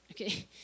Okay